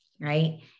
right